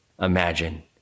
imagine